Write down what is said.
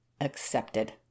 Accepted